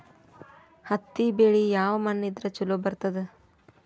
ಹತ್ತಿ ಬೆಳಿ ಯಾವ ಮಣ್ಣ ಇದ್ರ ಛಲೋ ಬರ್ತದ?